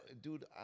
dude